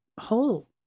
whole